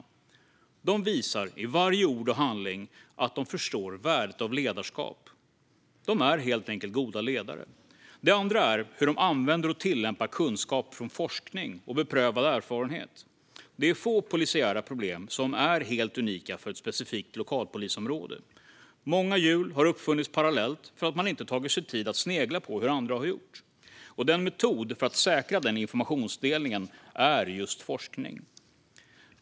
För det första visar de i varje ord och handling att de förstår värdet av ledarskap. De är helt enkelt goda ledare. För det andra handlar det om hur de använder och tillämpar kunskap från forskning och beprövad erfarenhet. Det är få polisiära problem som är helt unika för ett specifikt lokalpolisområde. Många hjul har uppfunnits parallellt för att man inte tagit sig tid att snegla på hur andra gjort. Metoden för att säkra informationsdelningen är just forskning.